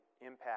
impact